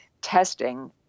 testing